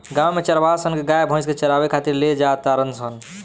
गांव में चारवाहा सन गाय भइस के चारावे खातिर ले जा तारण सन